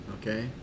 Okay